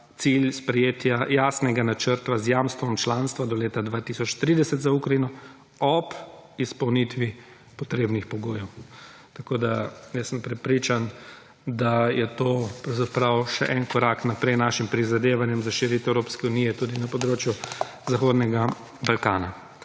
cilj sprejetja jasnega načrta z jamstvom članstva do leta 2030 za Ukrajino ob izpolnitvi potrebnih pogojev. Tako da, jaz sem prepričan, da je to pravzaprav še en korak naprej našim prizadevanjem za širitev 46. TRAK: (AJ) – 16.45 (nadaljevanje) Evropske unije tudi na področju Zahodnega Balkana.